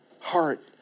heart